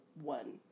one